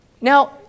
Now